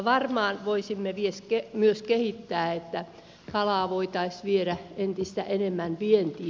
varmaan voisimme myös kehittää sitä että kalaa voitaisiin viedä entistä enemmän vientiin